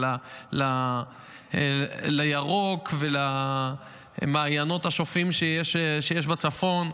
לירוק ולמעיינות השופעים שיש בצפון.